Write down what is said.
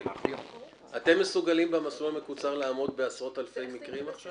אתם מסוגלים במסלול המקוצר לעמוד בעשרות אלפי מקרים?